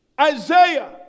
Isaiah